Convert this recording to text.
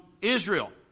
Israel